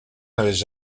n’avaient